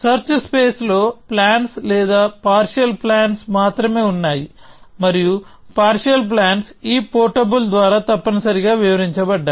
search space లో plans లేదా partial plans మాత్రమే ఉన్నాయి మరియు పార్షియల్ ప్లాన్స్ ఈ పోర్టబుల్ ద్వారా తప్పనిసరిగా వివరించబడ్డాయి